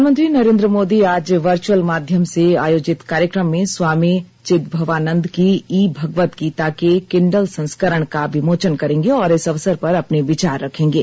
प्रधानमंत्री नरेन्द्र मोदी आज वर्चुअल माध्यम से आयोजित कार्यक्रम में स्वामी चिदभवानंद की ई भगवद्गीता के किंडल संस्करण का विमोचन करेंगे और इस अवसर पर अपने विचार रखेंगे